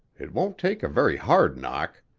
it won't take a very hard knock.